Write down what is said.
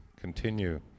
continue